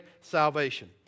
salvation